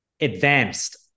advanced